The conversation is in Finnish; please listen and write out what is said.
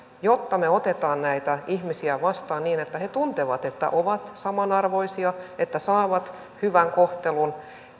jotta me otamme näitä ihmisiä vastaan niin että he tuntevat että ovat samanarvoisia että saavat hyvän kohtelun